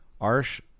Arsh